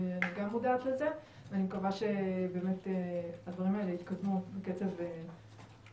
ואני גם מודעת לזה ואני מקווה שהדברים האלה יתקדמו בקצב מהיר.